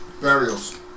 Burials